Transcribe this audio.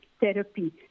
therapy